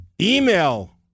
email